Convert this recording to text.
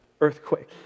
earthquake